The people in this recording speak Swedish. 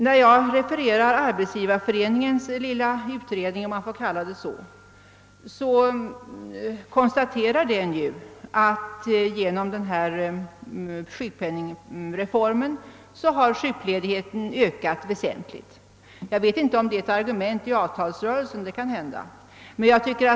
När jag referar Arbetsgivareföreningens lilla »utredning» — om jag får kalla den så — är det för att den konstaterar att sjukledigheten har ökat väsentligt genom denna sjukpenningreform, Jag vet inte om det är ett argument i avtalsrörelsen, det kan hända.